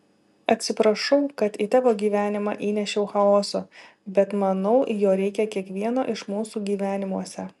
atsiprašau kad į tavo gyvenimą įnešiau chaoso bet manau jo reikia kiekvieno iš mūsų gyvenimuose